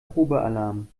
probealarm